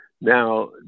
Now